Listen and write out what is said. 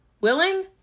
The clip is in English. willing